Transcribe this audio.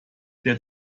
der